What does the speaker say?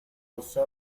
usó